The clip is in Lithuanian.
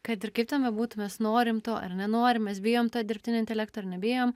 kad ir kaip ten bebūtų mes norim to ar nenorim mes bijom to dirbtinio intelekto ir nebijom